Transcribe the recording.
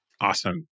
Awesome